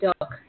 dog